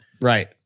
right